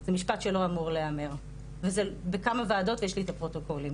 זה משפט שלא צריך להיאמר וזה בכמה וועדות יש לי את הפרוטוקולים.